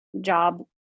job